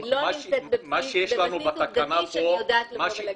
אני לא נמצאת בבסיס עובדתי שאני יודעת להגיד את זה.